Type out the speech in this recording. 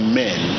men